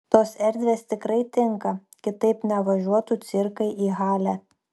tos erdvės tikrai tinka kitaip nevažiuotų cirkai į halę